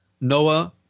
Noah